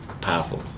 powerful